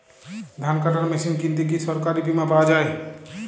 ধান কাটার মেশিন কিনতে কি সরকারী বিমা পাওয়া যায়?